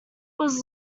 was